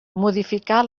modificar